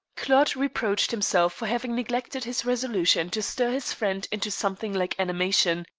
claude reproached himself for having neglected his resolution to stir his friend into something like animation.